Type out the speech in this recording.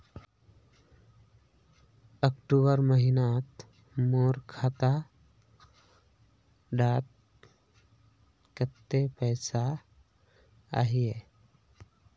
अक्टूबर महीनात मोर खाता डात कत्ते पैसा अहिये?